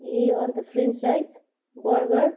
ए अन्त French rice burger